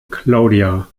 claudia